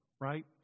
right